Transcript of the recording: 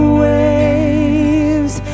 waves